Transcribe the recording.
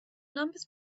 numbers